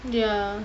ya